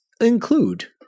include